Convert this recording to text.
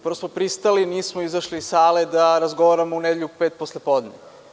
Prvo smo pristali, nismo izašli iz sale da razgovaramo u nedelju pet posle podne.